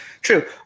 true